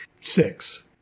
six